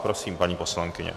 Prosím, paní poslankyně.